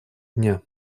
дня